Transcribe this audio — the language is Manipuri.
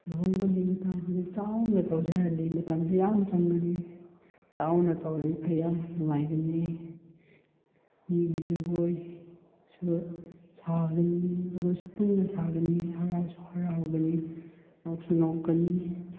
ꯂꯨꯍꯣꯡꯕꯒꯤ ꯃꯇꯥꯡꯁꯤꯗꯤ ꯆꯥꯎꯅ ꯇꯧꯁꯦ ꯍꯥꯏꯔꯗꯤ ꯃꯇꯝꯁꯨ ꯌꯥꯝ ꯆꯪꯒꯅꯤ ꯆꯥꯎꯅ ꯇꯧꯔꯤ ꯃꯈꯩ ꯌꯥꯝ ꯅꯨꯡꯉꯥꯏꯒꯅꯤ ꯃꯤꯒꯤ ꯖꯒꯣꯏꯁꯨ ꯁꯥꯒꯅꯤ ꯖꯒꯣꯏꯁꯨ ꯄꯨꯟꯅ ꯁꯥꯒꯅꯤ ꯍꯔꯥꯎꯁꯨ ꯍꯔꯥꯎꯒꯅꯤ ꯅꯣꯛꯁꯨ ꯅꯣꯛꯀꯅꯤ